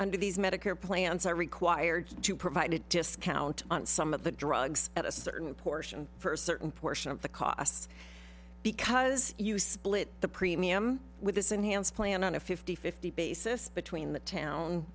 under these medicare plans are required to provide a discount on some of the drugs at a certain portion for a certain portion of the costs because you split the premium with this enhanced plan on a fifty fifty basis between the town